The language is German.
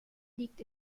liegt